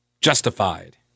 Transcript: Justified